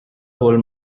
whole